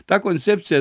ta koncepcija